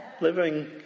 Living